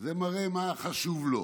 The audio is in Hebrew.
זה מראה מה חשוב לו.